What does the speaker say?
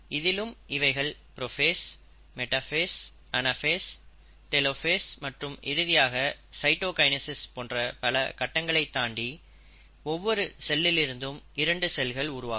இதிலும் இவைகள் prophase metaphase anaphase telophase மற்றும் இறுதியாக சைட்டோகைனசிஸ் போன்ற பல கட்டங்களைத் தாண்டி ஒவ்வொரு செல்லிலிருந்தும் 2 செல்கள் உருவாகும்